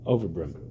Overbrim